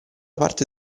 parte